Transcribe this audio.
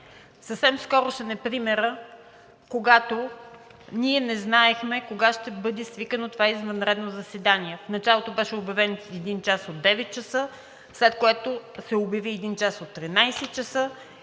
Съвсем скорошен е примерът, когато ние не знаехме кога ще бъде свикано това извънредно заседание. В началото беше обявен един час – от 9,00 ч., след което се обяви друг час – от 13,00